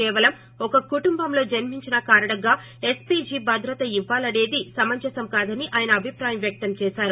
కేవలం ఒక కుటుంబంలో జన్మించిన కారణంగా ఎస్పీజీ భద్రత ఇవ్వాలసేది సమంజసం కాదని ఆయన అభిప్రాయం వ్యక్తం చేశారు